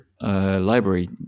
Library